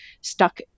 stuck